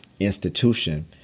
institution